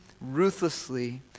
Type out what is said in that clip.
ruthlessly